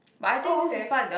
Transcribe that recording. oh okay